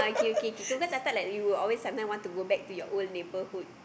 okay okay okay cause I thought like you will always some time want to go back to your old neighborhood